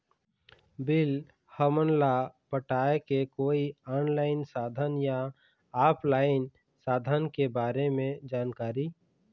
Bill हमन ला पटाए के कोई ऑनलाइन साधन या ऑफलाइन साधन के बारे मे जानकारी?